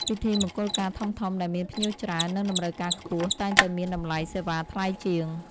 ពិធីមង្គលការធំៗដែលមានភ្ញៀវច្រើន និងតម្រូវការខ្ពស់ តែងតែមានតម្លៃសេវាថ្លៃជាង។